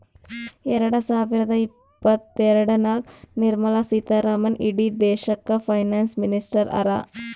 ಎರಡ ಸಾವಿರದ ಇಪ್ಪತ್ತಎರಡನಾಗ್ ನಿರ್ಮಲಾ ಸೀತಾರಾಮನ್ ಇಡೀ ದೇಶಕ್ಕ ಫೈನಾನ್ಸ್ ಮಿನಿಸ್ಟರ್ ಹರಾ